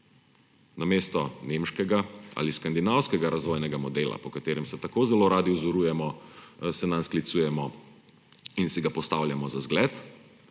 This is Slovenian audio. Namesto nemškega ali skandinavskega razvojnega modela, po katerem se tako zelo radi oziramo, se nanj sklicujemo in si ga postavljamo za zgled,